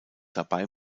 dabei